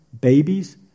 babies